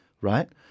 Right